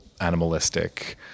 animalistic